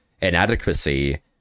inadequacy